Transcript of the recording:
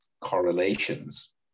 correlations